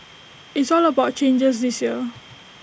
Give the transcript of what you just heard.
it's all about changes this year